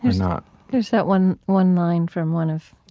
not there's that one one line from one of